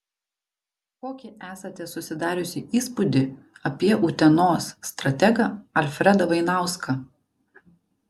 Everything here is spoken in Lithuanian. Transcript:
kokį esate susidariusi įspūdį apie utenos strategą alfredą vainauską